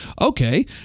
Okay